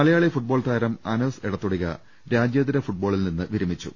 Malayali football താരം അനസ് എടത്തൊടിക രാജ്യാന്തര ഫുട്ബോളിൽ നിന്ന് വിരമിച്ചു